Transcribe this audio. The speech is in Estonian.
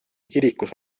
kirikus